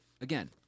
Again